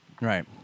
Right